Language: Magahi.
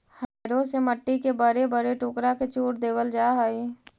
हैरो से मट्टी के बड़े बड़े टुकड़ा के चूर देवल जा हई